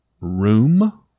Room